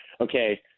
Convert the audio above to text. okay